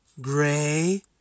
gray